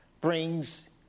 brings